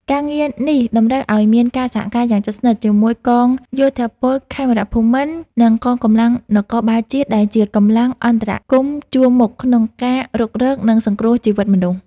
ការងារនេះតម្រូវឱ្យមានការសហការយ៉ាងជិតស្និទ្ធជាមួយកងយោធពលខេមរភូមិន្ទ និងកងកម្លាំងនគរបាលជាតិ ដែលជាកម្លាំងអន្តរាគមន៍ជួរមុខក្នុងការរុករក និងសង្គ្រោះជីវិតមនុស្ស។